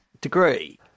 degree